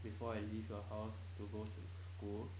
before I leave your house to go to school